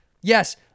yes